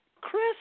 Chris